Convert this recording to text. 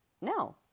No